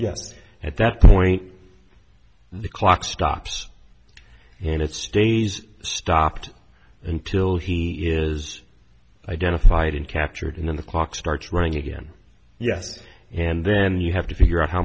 yes at that point the clock stops and it stays stopped until he is identified and captured in the clock starts running again yes and then you have to figure out how